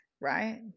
right